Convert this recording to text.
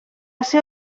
ser